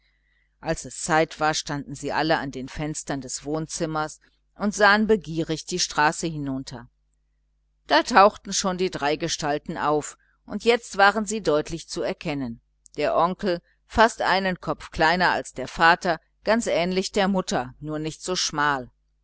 als es zeit war standen sie alle an den fenstern des wohnzimmers und sahen begierig die straße hinunter da tauchten schon die drei gestalten auf und jetzt waren sie deutlich zu erkennen der onkel fast einen kopf kleiner als der vater ganz ähnlich der mutter nur nicht so schmal